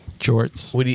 Shorts